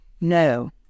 No